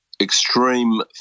extreme